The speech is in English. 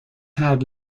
had